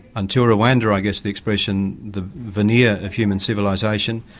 until rwanda i guess the expression, the veneer of human civilisation,